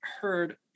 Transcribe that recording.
heard